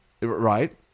Right